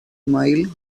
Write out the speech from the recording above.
mile